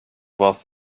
wealth